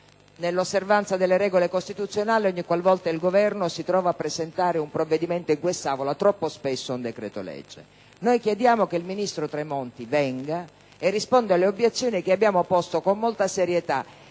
nell'osservanza delle regole costituzionali ogni qual volta il Governo si trova a presentare un provvedimento in quest'Aula, troppo spesso un decreto-legge: noi chiediamo che il ministro Tremonti venga in Senato e risponda all'obiezione che abbiamo posto con molta serietà